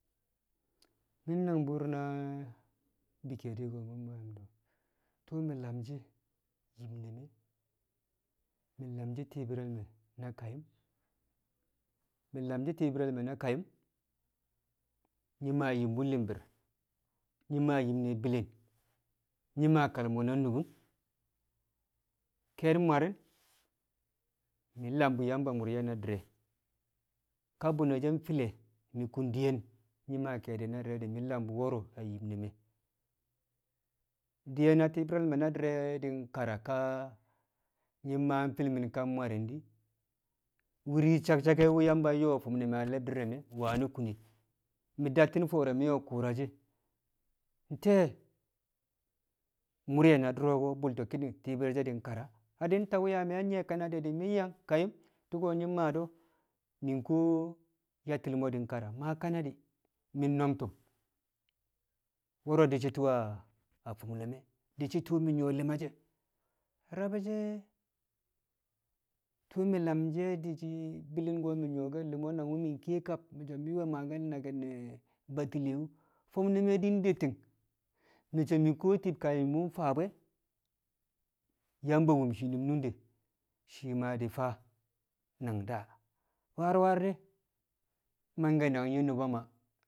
mi̱ nangbu̱u̱r na bi ke̱e̱di̱ ko̱ mu̱ maa yum do̱, tu̱u̱ lam shi̱ a yim ne̱ me̱ mi̱ lam shi̱ ti̱i̱bi̱re̱ me̱ na kayu̱m mi̱ lam shi̱ ti̱i̱bi̱re̱ na kaƴu̱m nyi̱ maa yim wu̱ li̱mbi̱r nyi̱ maa yim ne̱ bi̱li̱ng, nyi̱ maa kalmo na nukun. Ke̱n mwari̱n mi̱ lam bu̱ Yamba mur ye̱ na di̱re̱ ka bune̱ she̱ file mi̱ kung diyen nyi̱ maa ke̱e̱di̱ di̱re̱ mi̱ lam bu̱ wo̱ro̱ a yim ne̱ me̱. Diyen a ti̱i̱bi̱re̱ me̱ di̱re̱ di̱ kara ka nyi̱ maa filmin ka mwari̱ng di̱ wu̱ri̱ wu̱ saksake̱ wu̱ Yamba nyo̱o̱ a fi̱m ne̱ me̱ a le̱bdi̱r re̱ me̱ wani kune mi̱ datti̱n fo̱o̱re̱ mi̱ we̱ ku̱u̱rashi̱, nte̱ mur ye̱ na du̱ro̱ ko̱ bu̱lto̱ ki̱nii̱g ti̱i̱bi̱re̱ she̱ di̱ kara na di̱ nta wu̱ yaa mi̱ yang nyi̱ye̱ kanadi̱ di̱ mi̱ yang kayi̱m tu̱ko̱ nyi̱ maa do̱ mi̱ kuwo yattil mo̱ di̱ kara maa kanadi̱ mi̱ nomtum, wo̱ro̱ di̱ shi̱ tu̱u̱ a fi̱m ne̱ me̱ di̱ shi̱ tu̱u̱ mi̱ nyu̱wo̱ li̱ma she̱ rab e̱ she̱ tu̱u̱ mi̱ lam she̱ di̱ shi̱ bi̱li̱n ko̱ mi̱ nyu̱wo̱ li̱mo̱ nangwu̱ mi̱ kiye kab e̱, mi̱ we̱ maake̱l naki̱n ne̱ Batile wu̱ fi̱m ne̱ mi̱ di̱ de ti̱ng mi̱ so̱ mi̱ kuwo kayu̱m wu̱ faa bu̱ e̱ Yamba wum shiinum nunde̱ shii ma di̱ faa nang da, warwar de̱ mangke̱ nang nyi̱ nu̱ba Maa